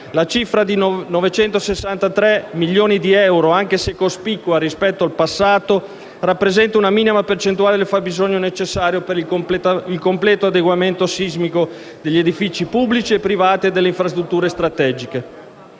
La cifra di 963 milioni di euro, anche se cospicua rispetto al passato, rappresenta una minima percentuale del fabbisogno necessario per il completo adeguamento sismico degli edifici pubblici e privati e delle infrastrutture strategiche.